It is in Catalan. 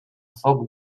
foc